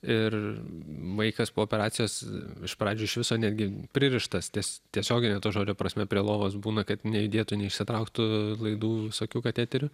ir vaikas po operacijos iš pradžių iš viso netgi pririštas ties tiesiogine to žodžio prasme prie lovos būna kad neįdėtų neišsitrauktų laidų visokių kateterių